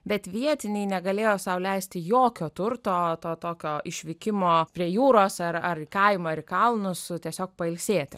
bet vietiniai negalėjo sau leisti jokio turto to tokio išvykimo prie jūros ar ar į kaimą ar į kalnus tiesiog pailsėti